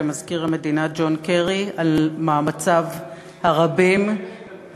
למזכיר המדינה ג'ון קרי על מאמציו הרבים הנעשים